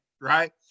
Right